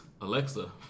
Alexa